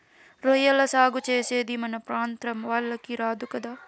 రొయ్యల సాగు చేసేది మన ప్రాంతం వాళ్లకి రాదు కదా